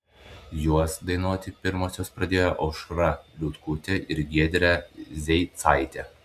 juos dainuoti pirmosios pradėjo aušra liutkutė ir giedrė zeicaitė